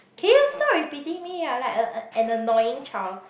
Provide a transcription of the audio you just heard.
can you stop repeating me you're like a a an annoying child